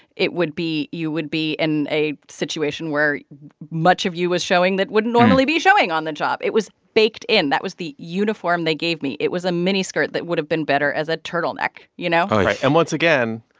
it would be you would be in a situation where much of you was showing that wouldn't normally be showing on the job. it was baked in. that was the uniform they gave me. it was a miniskirt that would have been better as a turtleneck, you know? oy and once again,